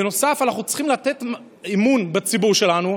בנוסף, אנחנו צריכים לתת אמון בציבור שלנו.